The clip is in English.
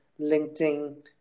LinkedIn